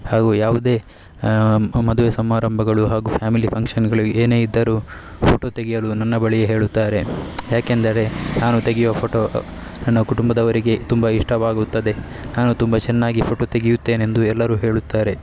ಹಾಗೂ ಯಾವುದೇ ಮದುವೆ ಸಮಾರಂಭಗಳು ಹಾಗೂ ಫ್ಯಾಮಿಲಿ ಫಂಕ್ಷನ್ಗಳು ಏನೇ ಇದ್ದರೂ ಫೋಟೋ ತೆಗೆಯಲು ನನ್ನ ಬಳಿ ಹೇಳುತ್ತಾರೆ ಯಾಕಂದರೆ ನಾನು ತೆಗೆಯುವ ಫೋಟೋ ನನ್ನ ಕುಟುಂಬದವರಿಗೆ ತುಂಬ ಇಷ್ಟವಾಗುತ್ತದೆ ನಾನು ತುಂಬ ಚೆನ್ನಾಗಿ ಫೋಟೋ ತೆಗೆಯುತ್ತೇನೆಂದು ಎಲ್ಲರೂ ಹೇಳುತ್ತಾರೆ